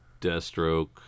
Deathstroke